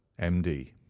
m d.